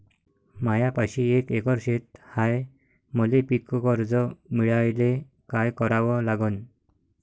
मायापाशी एक एकर शेत हाये, मले पीककर्ज मिळायले काय करावं लागन?